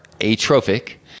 atrophic